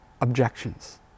objections